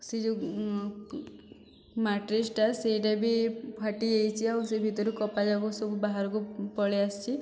ସିଏ ଯେଉଁ ମାଟ୍ରିକ୍ସଟା ସେଇଟା ବି ଫାଟି ଯାଇଛି ଆଉ ସିଏ ଭିତରୁ କପା ଜାକ ସେସବୁ ବାହାରକୁ ପଳେଇ ଆସୁଛି